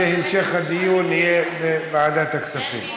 שהמשך הדיון יהיה בוועדת הכספים.